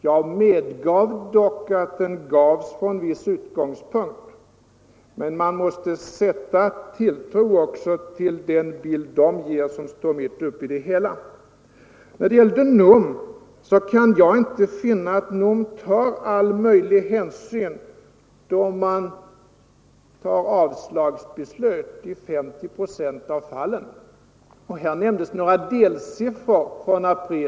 Jag medgav dock att den gavs från vissa utgångspunkter, men man måste sätta tilltro också till den bild de människor ger som står mitt uppe i det hela när situationen kan illustreras med konkreta exempel. Jag kan inte finna att NOM tar ”all möjlig hänsyn”, eftersom nämnden fattar beslut om avslag i 50 procent av fallen. Statsrådet nämnde några delsiffror från april.